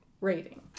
rating